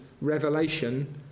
revelation